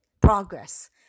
progress